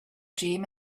dream